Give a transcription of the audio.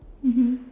mmhmm